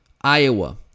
Iowa